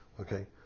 Okay